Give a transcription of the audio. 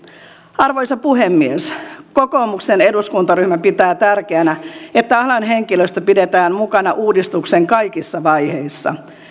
arvoisa puhemies kokoomuksen eduskuntaryhmä pitää tärkeänä että alan henkilöstö pidetään mukana uudistuksen kaikissa vaiheissa